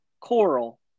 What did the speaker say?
coral